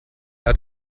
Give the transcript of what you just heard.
hat